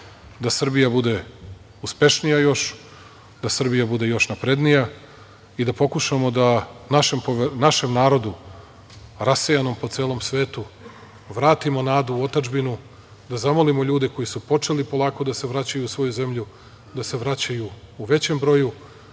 da Srbija bude još uspešnija, da Srbija bude još naprednija i da pokušamo da našem narodu rasejanom po celom svetu vratimo nadu u otadžbinu, da zamolimo ljude koji su počeli polako da se vraćaju u svoju zemlju, da se vraćaju u većem broju,